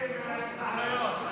להתנחלויות.